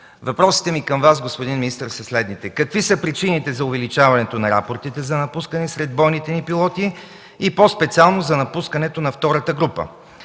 Въпросите ми към Вас, господин министър, са следните: какви са причините за увеличаването на рапортите за напускане сред бойните ни пилоти, и по-специално за напускането на втората група?